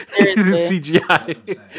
CGI